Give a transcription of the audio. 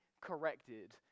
corrected